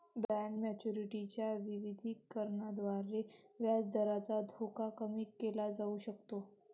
bond maturity च्या विविधीकरणाद्वारे व्याजदराचा धोका कमी केला जाऊ शकतो